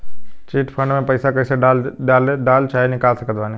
Chit fund मे पईसा कईसे डाल चाहे निकाल सकत बानी?